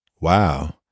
Wow